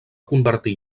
convertir